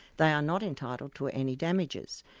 they are not entitled to ah any damages.